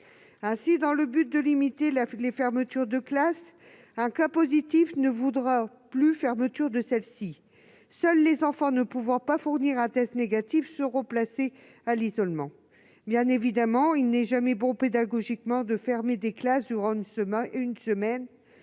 Ainsi, dans le but de limiter les fermetures de classe, un cas positif ne vaudra plus fermeture de celle-ci. Seuls les enfants ne pouvant pas fournir un test négatif seront placés à l'isolement. Bien évidemment, il n'est jamais bon pédagogiquement de fermer des classes durant une semaine